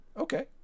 Okay